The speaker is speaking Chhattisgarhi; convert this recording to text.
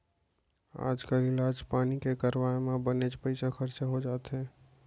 आजकाल इलाज पानी के करवाय म बनेच पइसा खरचा हो जाथे